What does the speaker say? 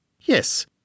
Yes